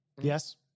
Yes